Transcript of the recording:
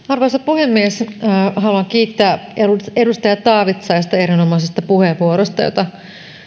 arvoisa puhemies haluan kiittää edustaja taavitsaista erinomaisesta puheenvuorosta jota